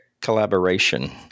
collaboration